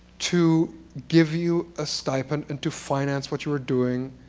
to give you a stipend and to finance what you were doing,